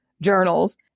journals